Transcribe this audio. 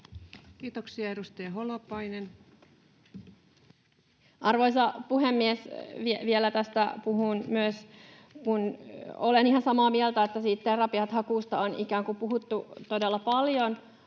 Kiitoksia. — Edustaja Holopainen. Arvoisa puhemies! Vielä puhun tästä. Olen ihan samaa mieltä, että siitä terapiatakuusta on puhuttu todella paljon.